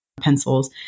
Pencils